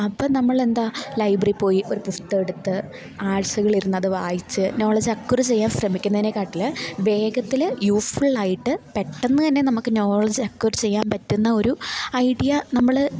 അപ്പം നമ്മളെന്താണ് ലൈബ്രറിയില് പോയൊരു പുസ്തകമെടുത്ത് ആഴ്ചകളിരുന്നത് വായിച്ച് നോളജ് അക്വയര് ചെയ്യാൻ ശ്രമിക്കുന്നതിനെക്കാള് വേഗത്തില് യൂസ്ഫുള് ആയിട്ട് പെട്ടെന്നുതന്നെ നമുക്ക് നോളേജ് അക്വയര് ചെയ്യാന് പറ്റുന്നൊരു ഐഡ്യ നമ്മള്